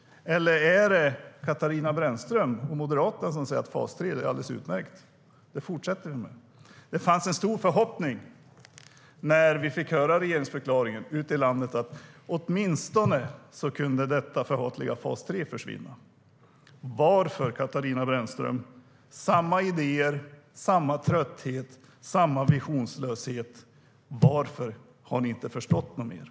Eller är det Katarina Brännström och Moderaterna som tycker att fas 3 är alldeles utmärkt och något man ska fortsätta med? När vi fick höra regeringsförklaringen fanns det en stor förhoppning ute i landet om att åtminstone detta förhatliga fas 3 skulle försvinna.